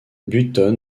button